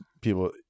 people